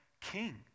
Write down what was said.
king